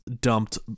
dumped